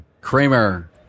Kramer